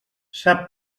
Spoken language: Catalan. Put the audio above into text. sap